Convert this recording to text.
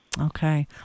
Okay